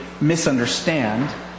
misunderstand